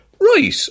Right